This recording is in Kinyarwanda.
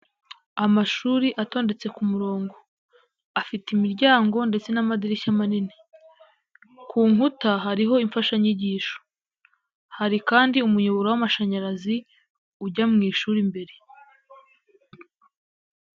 Amashuri atondetse ku murongo afite imiryango ndetse n'amadirishya manini, ku nkuta hariho imfashanyigisho, hari kandi umuyoboro w'amashanyarazi ujya mu ishuri imbere.